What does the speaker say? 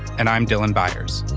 and i'm dylan byers.